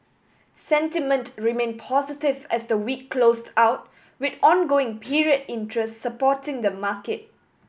sentiment remain positive as the week closed out with ongoing period interest supporting the market